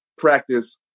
practice